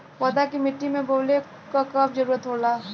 पौधा के मिट्टी में बोवले क कब जरूरत होला